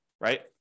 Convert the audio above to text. right